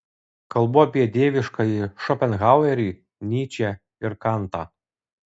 kalbu apie dieviškąjį šopenhauerį nyčę ir kantą